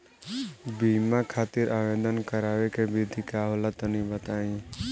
बीमा खातिर आवेदन करावे के विधि का होला तनि बताईं?